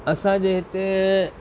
असांजे हिते